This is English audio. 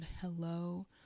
hello